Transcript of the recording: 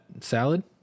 salad